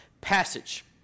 passage